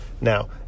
now